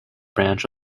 branch